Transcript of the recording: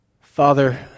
Father